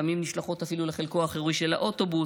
לפעמים נשלחות אפילו לחלקו האחורי של האוטובוס,